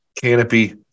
Canopy